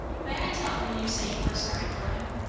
may i tell him you say you are sorry for him?